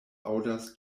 aŭdas